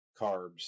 carbs